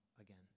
again